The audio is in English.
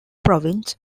province